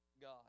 God